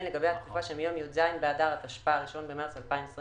לגבי התקופה שמיום י"ז באדר התשפ"א (1 במרס 2021)